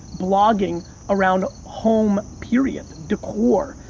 blogging around home, period. decor,